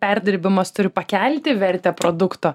perdirbimas turi pakelti vertę produkto